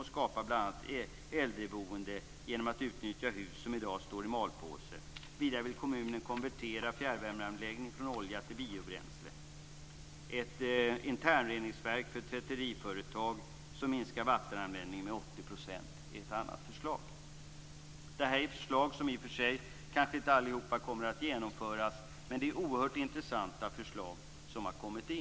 Man skapar t.ex. äldreboende genom att utnyttja hus som i dag står i malpåse. Vidare vill kommunen konvertera fjärrvärmeanläggning från olja till biobränsle. Ett internreningsverk för tvätteriföretag som minskar vattenanvändningen med 80 % är ett annat förslag. Alla dessa förslag kommer kanske inte att genomföras, men de är oerhört intressanta.